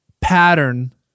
pattern